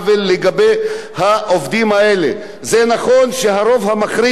זה נכון שהרוב המכריע של העובדים האלה הם עובדים ערבים,